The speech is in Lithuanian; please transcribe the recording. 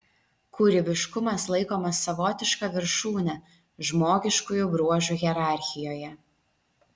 kūrybiškumas laikomas savotiška viršūne žmogiškųjų bruožų hierarchijoje